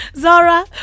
Zara